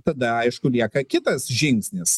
tada aišku lieka kitas žingsnis